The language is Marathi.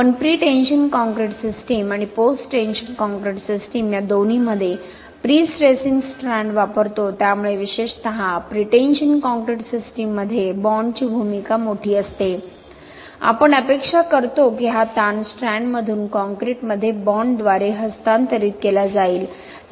आपण प्री टेन्शन कॉंक्रिट सिस्टीम आणि पोस्ट टेन्शन कॉंक्रिट सिस्टीम या दोन्हीमध्ये प्रीस्ट्रेसिंग स्ट्रँड वापरतो त्यामुळे विशेषतः प्रीटेन्शन कॉंक्रिट सिस्टीममध्ये बॉंडची भूमिका मोठी असते आपण अपेक्षा करतो की हा ताण स्ट्रँडमधून कॉंक्रिटमध्ये बॉन्डद्वारे हस्तांतरित केला जाईल